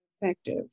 effective